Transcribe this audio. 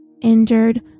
injured